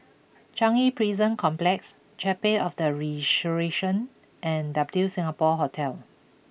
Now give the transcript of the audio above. Changi Prison Complex Chapel of the Resurrection and W Singapore Hotel